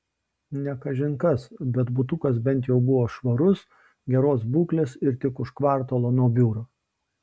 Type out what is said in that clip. ne kažin kas bet butukas bent jau buvo švarus geros būklės ir tik už kvartalo nuo biuro